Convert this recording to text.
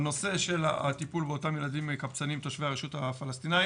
בנושא של הטיפול באותם ילדים קבצנים תושבי הרשות הפלסטינית,